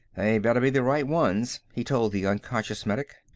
they better be the right ones, he told the unconscious medic.